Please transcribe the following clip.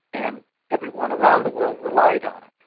and everyone around the world relied on it.